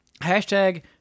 hashtag